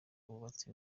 bubatse